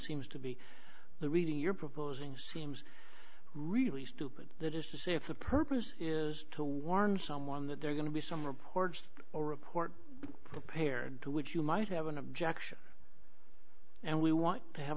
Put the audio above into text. seems to be the reading you're proposing seems really stupid that is to say if the purpose is to warn someone that they're going to be some reports or report prepared to which you might have an objection and we want to have